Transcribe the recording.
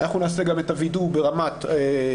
אנחנו נעשה גם את הווידוא ברמת מקומות